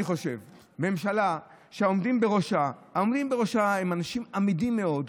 אני חושב שממשלה שהעומדים בראשה הם אנשים אמידים מאוד,